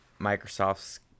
Microsoft's